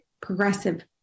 progressive